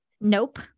nope